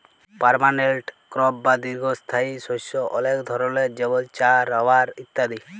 permanent crop বা দীঘ্ঘস্থায়ী শস্য অলেক ধরলের যেমল চাঁ, রাবার ইত্যাদি